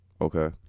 Okay